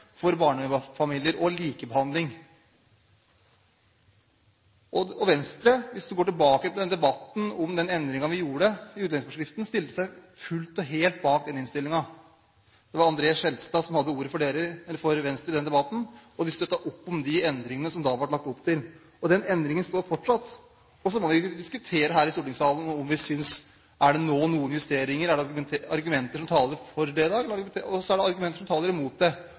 likebehandling. Venstre – hvis vi går tilbake til debatten om den endringen vi gjorde i utlendingsforskriften – stilte seg fullt og helt bak den innstillingen. Det var André N. Skjelstad som hadde ordet for Venstre i den debatten, og han støttet opp om de endringene som det da ble lagt opp til. Den endringen står fortsatt. Så må vi kunne diskutere her i stortingssalen: Er det nå noen justeringer? Er det noen argumenter som taler for det i dag? Er det argumenter som taler imot det?